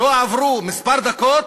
לא עברו כמה דקות,